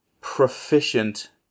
proficient